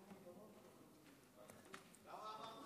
למה אמרת